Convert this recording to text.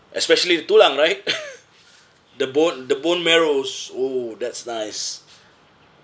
especially the tulang right the bone the bone marrows oh that's nice